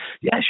yes